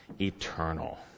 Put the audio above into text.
eternal